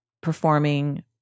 performing